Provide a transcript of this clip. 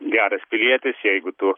geras pilietis jeigu tu